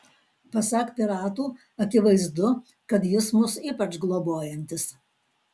pasak piratų akivaizdu kad jis mus ypač globojantis